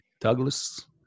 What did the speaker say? Douglas